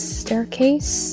staircase